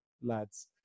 lads